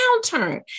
downturn